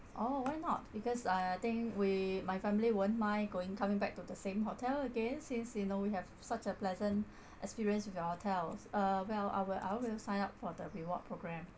oh why not because I think we my family won't mind going coming back to the same hotel again since you know we have such a pleasant experience with your hotel uh well I will I will sign up for the reward program